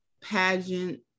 pageant